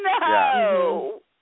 No